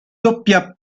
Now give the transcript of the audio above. doppia